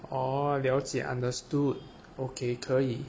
哦了解 understood okay 可以